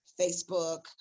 Facebook